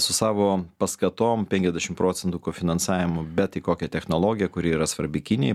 su savo paskatom penkiasdešim procentų kofinansavimo bet į kokią technologiją kuri yra svarbi kinijai